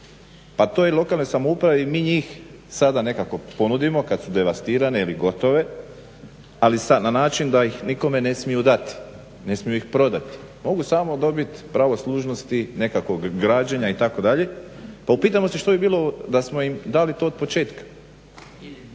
Pa to je lokalnoj samoupravi, mi njih sada nekako ponudimo kada su devastirane, ili gotovo, ali na način da ih nikome ne smiju dati. Ne smiju ih prodati, mogu samo dobiti pravo služnosti nekakvog građenja itd., pa upitamo se šta bi bilo da smo im dali to otpočetka.